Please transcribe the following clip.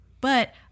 But-